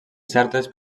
certes